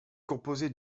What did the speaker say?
composée